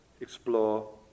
explore